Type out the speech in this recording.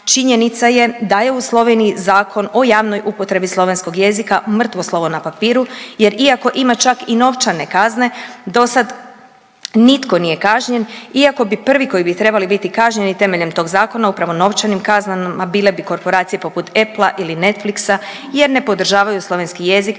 Činjenica je da je u Sloveniji zakon o javnoj upotrebi slovenskoj jezika mrtvo slovo na papiru jer iako ima čak i novčane kazne dosad nitko nije kažnjen iako bi prvi koji bi trebali biti kažnjeni temeljem tog zakona upravo novčanim kaznama bile bi korporacije poput Apple-a ili Netflix-a jer ne podržavaju slovenski jezik